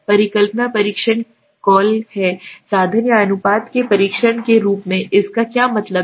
परिकल्पना परीक्षण कॉल है साधन या अनुपात के परीक्षण के रूप में इसका क्या मतलब है